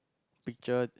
picture